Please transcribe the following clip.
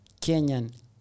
Kenyan